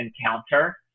Encounter